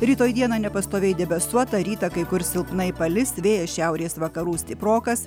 rytoj dieną nepastoviai debesuota rytą kai kur silpnai palis vėjas šiaurės vakarų stiprokas